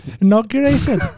Inaugurated